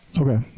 Okay